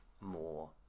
more